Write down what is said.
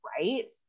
right